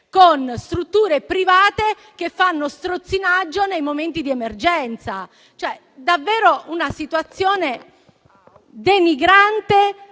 con strutture private che fanno strozzinaggio nei momenti di emergenza, una situazione veramente